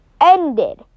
ended